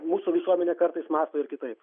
mūsų visuomenė kartais mato ir kitaip